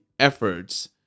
efforts